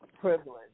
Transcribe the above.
privilege